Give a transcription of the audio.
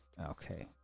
Okay